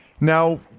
Now